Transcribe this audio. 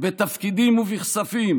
בתפקידים ובכספים